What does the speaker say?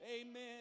Amen